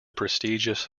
prestigious